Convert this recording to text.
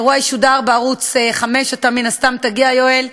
האירוע ישודר בערוץ 5, אתה מן הסתם תגיע, יואל.